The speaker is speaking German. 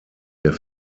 der